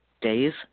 Days